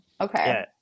Okay